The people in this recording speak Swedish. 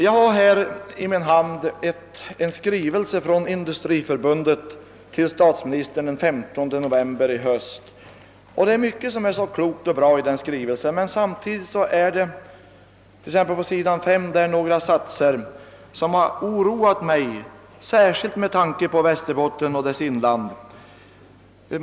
Jag har här i min hand en skrivelse som Industriförbundet avgav till statsministern den 15 november i höst. Mycket är klokt i denna skrivelse, men samtidigt finns det några satser som har oroat mig, särskilt med tanke på Västerbotten och dess inland.